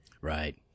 Right